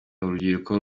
urubyiruko